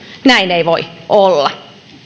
näin ei voi olla